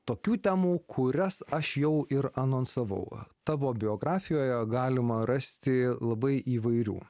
tokių temų kurias aš jau ir anonsavau tavo biografijoje galima rasti labai įvairių